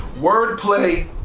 wordplay